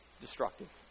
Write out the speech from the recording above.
destructive